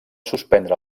suspendre